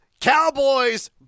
cowboys